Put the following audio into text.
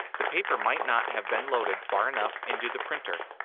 the paper might not have been loaded far enough into the printer.